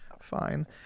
fine